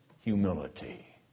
humility